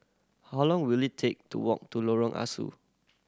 how long will it take to walk to Lorong Ah Soo